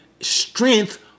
strength